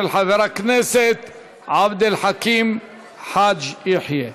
של חבר הכנסת עבד אל חכים חאג' יחיא.